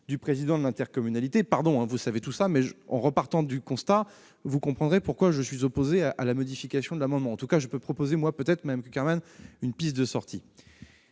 du président de l'intercommunalité- pardon, vous savez tous cela, mais en repartant de ce constat, vous comprendrez pourquoi je suis opposé à la modification du dispositif actuel. En tout cas, je peux proposer à Mme Cukierman une piste de sortie.